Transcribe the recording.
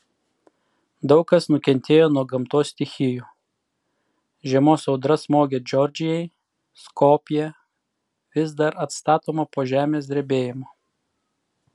daug kas nukentėjo nuo gamtos stichijų žiemos audra smogė džordžijai skopjė vis dar atstatoma po žemės drebėjimo